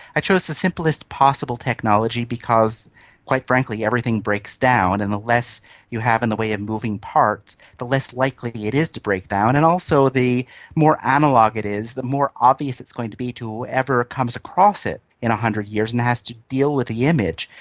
i chose the simplest possible technology because quite frankly everything breaks down, and the less you have in the way of moving parts, the less likely it is to break down, and also the more analogue it is the more obvious it is going to be to whoever comes across it in one hundred years and has to deal with the image,